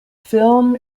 film